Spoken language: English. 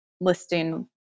listing